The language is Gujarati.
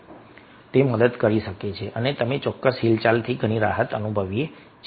ઓહ તે મદદ કરી શકે છે અને અમે તે ચોક્કસ હિલચાલથી ઘણી રાહત અનુભવીએ છીએ